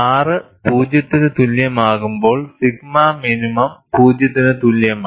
R 0 ന് തുല്യമാകുമ്പോൾ sigma minimum 0 ന് തുല്യമാണ്